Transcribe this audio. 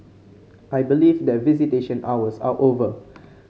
I believe that visitation hours are over